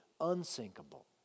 unsinkable